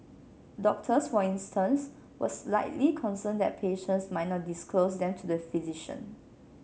doctors for instance were slightly concerned that patients might not disclose them to the physician